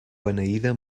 beneïda